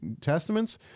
Testaments